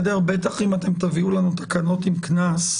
בטח אם תביאו לנו תקנות עם קנס,